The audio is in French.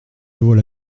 voilà